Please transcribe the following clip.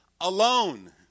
Alone